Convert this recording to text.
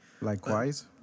Likewise